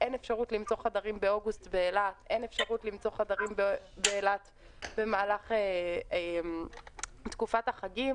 אין אפשרות למצוא באילת חדרים באוגוסט וגם במהלך תקופת החגים.